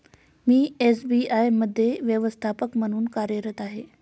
मी SBI मध्ये व्यवस्थापक म्हणून कार्यरत आहे